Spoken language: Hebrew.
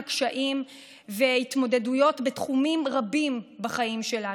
קשיים וההתמודדויות בתחומים רבים בחיים שלנו.